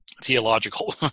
theological